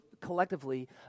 collectively